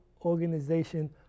organization